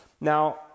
Now